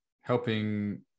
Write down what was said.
helping